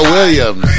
Williams